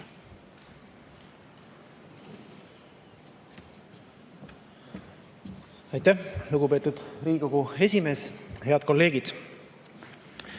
Aitäh, lugupeetud Riigikogu esimees! Head kolleegid!